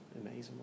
amazing